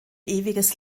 ewiges